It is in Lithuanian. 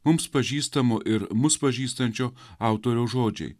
mums pažįstamo ir mus pažįstančio autoriaus žodžiai